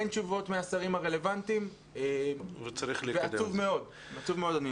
אין תשובות מהשרים הרלוונטיים וזה עצוב מאוד.